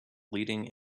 leading